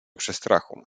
przestrachu